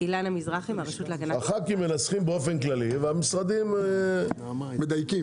הח"כים מנסחים באופן כללי והמשרדים מדייקים